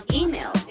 email